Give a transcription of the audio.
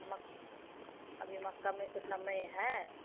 मक्का अभी मक्का में तो समय है